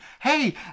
Hey